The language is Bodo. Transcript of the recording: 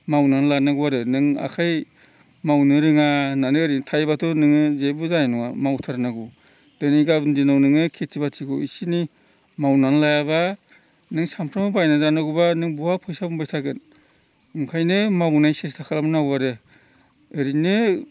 मावनानै लानांगौ आरो नों आखाइ मावनो रोङा होननानै ओरैनो थायोबाथ' नोङो जेबो जानाय नङा मावथारनांगौ दिनै गाबोन दिनाव नोङो खेथि बाथिखौ इसे इनै मावनानै लायाबा नों सानफ्रोमबो बायनानै जानांगौबा नों बहा फैसा मोनबाय थागोन ओंखायनो मावनाय सेस्था खालामनांगौ आरो ओरैनो